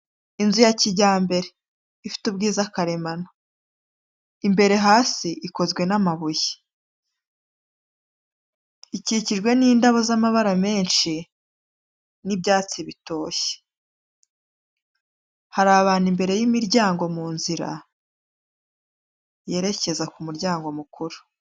Inzu ya kijyambere ifite ubwiza karemano, imbere hasi ikozwe n'amabuye, ikikijwe n'indabo z'amabara menshi n'ibyatsi bitoshye, hari abantu imbere y'imiryango mu nzira yerekeza ku muryango mukuru.